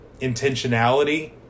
intentionality